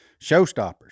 showstoppers